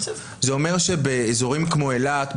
זה אומר שבאזורים כמו אילת,